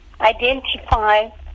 identify